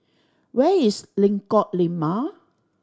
where is Lengkok Lima